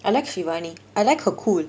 I like shivani I like her cool